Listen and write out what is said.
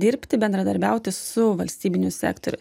dirbti bendradarbiauti su valstybiniu sektoriu